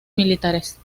militares